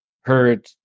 heard